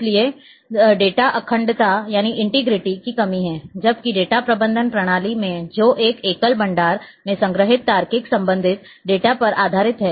इसलिए डेटा अखंडता की कमी है जबकि डेटाबेस प्रबंधन प्रणाली में जो एक एकल भंडार में संग्रहीत तार्किक संबंधित डेटा पर आधारित है